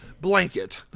blanket